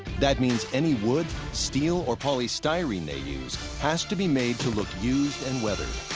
that means any wood, steel, or polystyrene they use has to be made to look used and weathered.